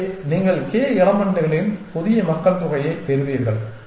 எனவே நீங்கள் k எலமென்ட்களின் புதிய மக்கள்தொகையைப் பெறுவீர்கள்